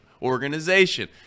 organization